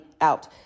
out